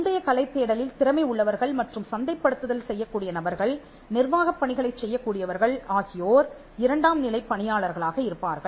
முந்தைய கலை தேடலில் திறமை உள்ளவர்கள் மற்றும் சந்தைப்படுத்துதல் செய்யக்கூடிய நபர்கள் நிர்வாகப் பணிகளைச் செய்யக்கூடியவர்கள் ஆகியோர் இரண்டாம்நிலை பணியாளர்களாக இருப்பார்கள்